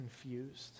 confused